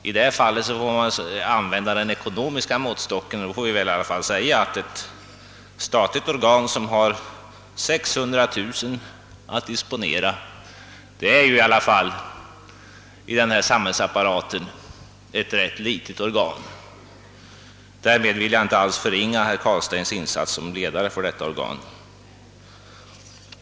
I det fallet får man använda den ekonomiska måttstocken, och då måste vi säga oss att statligt organ som har 600 000 kronor att disponera i alla fall är ett rätt litet organ i vår samhällsapparat. Därmed vill jag inte alls förringa herr Carlsteins insatser som ledare för detta organ.